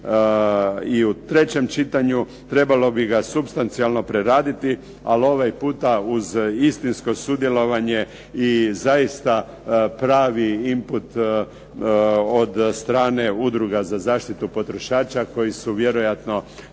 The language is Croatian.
i u trećem čitanju. Trebalo bi ga supstancijalno preraditi, ali ovaj puta uz istinsko sudjelovanje i zaista pravi input od strane udruga za zaštitu potrošača koji su vjerojatno